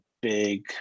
big